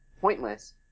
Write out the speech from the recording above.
pointless